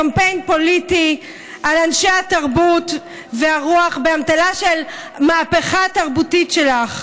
קמפיין פוליטי על אנשי התרבות והרוח באמתלה של המהפכה התרבותית שלך.